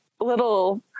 little